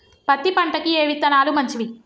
పత్తి పంటకి ఏ విత్తనాలు మంచివి?